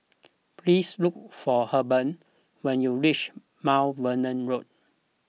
please look for Hebert when you reach Mount Vernon Road